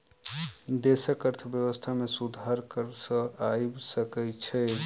देशक अर्थव्यवस्था में सुधार कर सॅ आइब सकै छै